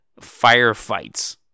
firefights